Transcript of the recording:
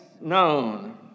known